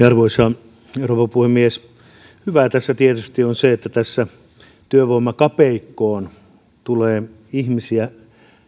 arvoisa rouva puhemies hyvää tässä tietysti on se että työvoimakapeikkoon tulee ihmisiä